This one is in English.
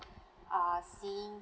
uh seeing